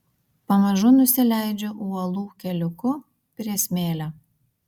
pamažu nusileidžiu uolų keliuku prie smėlio